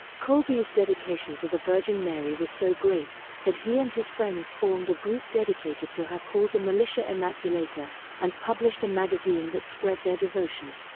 kolbe's dedication to the virgin mary was so great that he and his friends formed a group dedicated to her called the militia imaculata and published a magazine that spread their devotion.